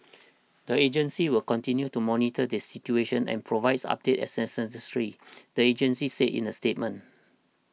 the agency will continue to monitor the situation and provide updates as necessary the agency said in a statement